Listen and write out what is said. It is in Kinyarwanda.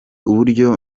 uburyo